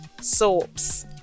soaps